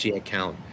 account